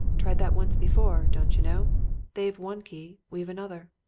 tried that once before. don't you know they've one key we've another.